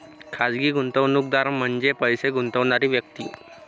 खाजगी गुंतवणूकदार म्हणजे पैसे गुंतवणारी व्यक्ती